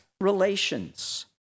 relations